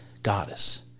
goddess